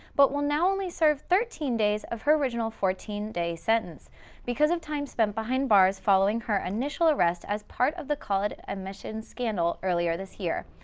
but will now only serve thirteen days of her original fourteen day sentence because of time spent behind bars following her initial arrest as part of the college admission scandal earlier this year.